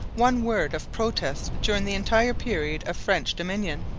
one word of protest during the entire period of french dominion.